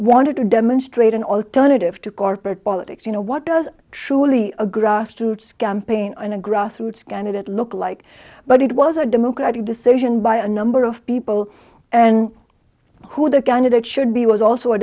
wanted to demonstrate an alternative to corporate politics you know what does truly a grassroots campaign on a grassroots candidate look like but it was a democratic decision by a number of people and who the candidate should be was also a